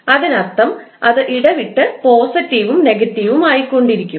അതിനർത്ഥം അത് ഇടവിട്ട് പോസിറ്റീവും നെഗറ്റീവും ആയി കൊണ്ടിരിക്കും